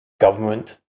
government